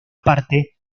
parte